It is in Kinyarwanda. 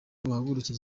guhagurukira